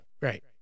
Right